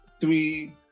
three